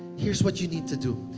here's what you need to do.